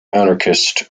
anarchist